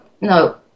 no